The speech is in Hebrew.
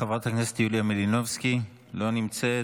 חברת הכנסת יוליה מלינובסקי, לא נמצאת,